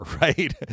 right